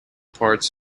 parts